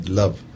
love